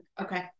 Okay